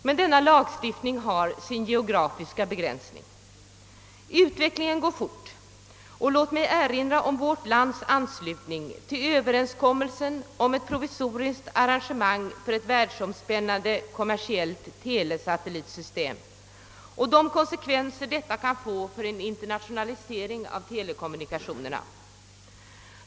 Men denna lagstiftning har sin geografiska begränsning. Utvecklingen går fort, och låt mig erinra om vårt lands anslutning till överenskommelsen om ett provisoriskt arrangemang för ett världsomspännande kommersiellt telesatellitsystem och de konsekvenser detta kan få för en internationalisering av telekommunikationerna.